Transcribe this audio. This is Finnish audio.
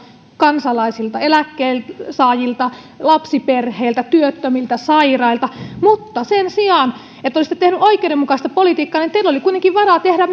kansalaisilta eläkkeensaajilta lapsiperheiltä työttömiltä sairailta mutta sen sijaan että olisitte tehneet oikeudenmukaista politiikkaa teillä oli kuitenkin varaa tehdä